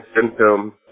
symptom